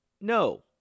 No